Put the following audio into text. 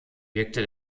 wirkte